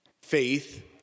Faith